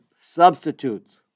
substitutes